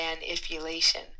Manipulation